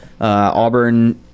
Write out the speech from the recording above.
Auburn